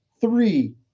three